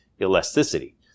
elasticity